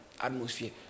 atmosphere